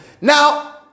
now